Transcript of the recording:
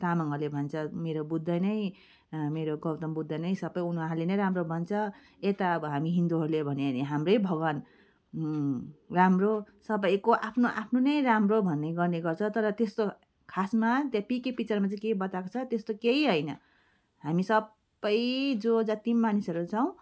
तामाङहरूले भन्छ मेरो बुद्धै नै मेरो गौतम बुद्ध नै सबै उनीहरूले नै राम्रो भन्छ यता आबो हामी हिन्दूहरूले भन्यो भने हाम्रै भगवान् राम्रो सबैको आफ्नो आफ्नो नै राम्रो भन्ने गर्ने गर्छ तर त्यस्तो खासमा त्यहाँ पिके पिक्चरमा चाहिँ के बताएको छ त्यस्तो केही होइन हामी सबै जो जत्ति पनि मानिसहरू छौँ